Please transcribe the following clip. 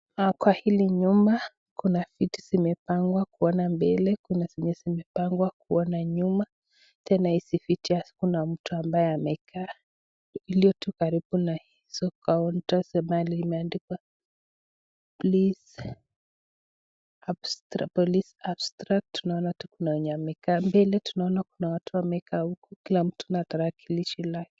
Kwenye nyumba hii kuna viti vilivyopangwa kuelekea mbele, na vingine vimepangwa kuelekea nyuma. Karibu na kaunta, kuna mtu amekaa. Mahali hapo pameandikwa Please abstract police abstract . Tunaona watu wamekaa sehemu mbalimbali, kila mmoja akiwa na tarakilishi yake.